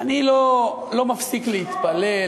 אני לא מפסיק להתפלא,